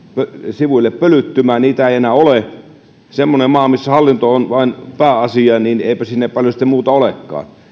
sivuille pölyttymään niitä ei enää ole eipä semmoisessa maassa missä hallinto on vain pääasia paljon muuta sitten olekaan